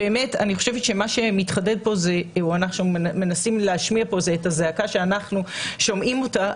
אני חושבת שמה שמתחדד פה זו הזעקה שאנחנו שומעים אותה.